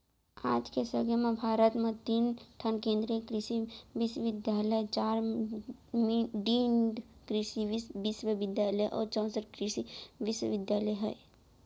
आज के समे म भारत म तीन ठन केन्द्रीय कृसि बिस्वबिद्यालय, चार डीम्ड कृसि बिस्वबिद्यालय अउ चैंसठ कृसि विस्वविद्यालय ह